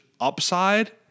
upside